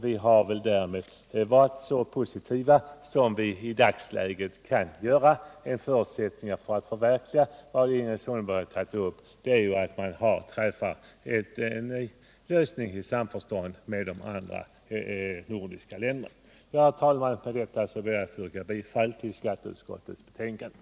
Vi har därmed varit så positiva som vi i dagens läge kan vara. En förutsättning för att förverkliga vad Ingrid Sundberg tagit upp är att man har träffat ett avtal i samförstånd med de andra nordiska länderna. Herr talman! Med detta ber jag att få yrka bifall till skatteutskottets hemställan.